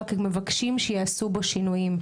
רק מבקשים שיעשו בו שינויים.